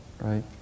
right